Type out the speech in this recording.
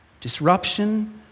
Disruption